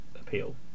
appeal